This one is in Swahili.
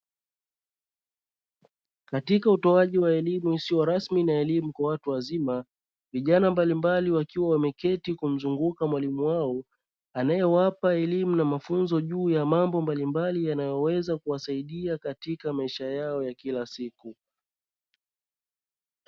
Katika utoaji wa elimu isiyo rasmi na elimu kwa watu wazima vijana mbalimbali wakiwa wameketi kumzunguka mwalimu wao, anayewapa elimu na mafunzo juu ya mambo mbalimbali yanayoweza kuwasaidia katika maisha yao ya kila siku.